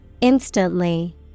Instantly